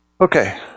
Okay